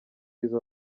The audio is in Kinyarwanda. izo